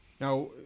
Now